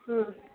ಹ್ಞೂ